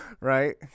Right